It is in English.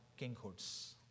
kinghoods